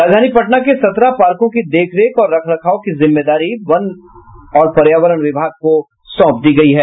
राजधानी पटना के सत्रह पार्कों की देखरेख और रखरखाव की जिम्मेदारी वन और पर्यावरण विभाग को सौंप दिया गया है